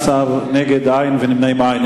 בעד, 18, נגד, אין, ונמנעים, אין.